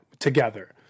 together